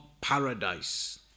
paradise